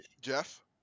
Jeff